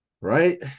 Right